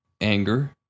anger